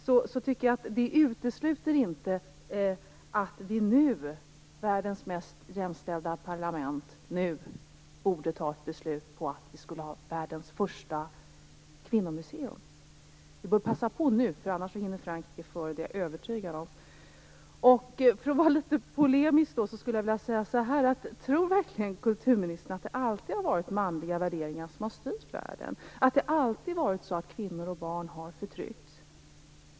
Men jag tycker inte att det utesluter att vi nu i världens mest jämställda parlament borde fatta beslut om att vi skall ha världens första kvinnomuseum. Vi borde passa på nu - annars hinner Frankrike före. Det är jag övertygad om. För att vara litet polemisk skulle jag vilja fråga: Tror verkligen kulturministern att det alltid har varit manliga värderingar som har styrt världen? Tror hon att det alltid har varit så att kvinnor och barn har förtryckts?